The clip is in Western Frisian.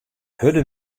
hurde